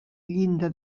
llinda